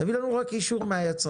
תביא לנו רק אישור מהיצרן.